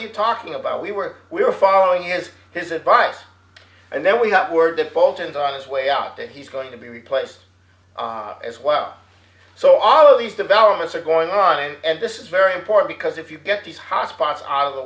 are you talking about we were we were following is his advice and then we got word that bolton's are his way out that he's going to be replaced as well so all of these developments are going on and this is very important because if you get these hot spots